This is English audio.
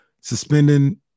suspending